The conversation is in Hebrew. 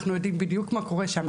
אנחנו יודעים בדיוק מה קורה שם,